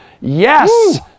yes